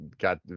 got